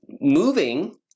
moving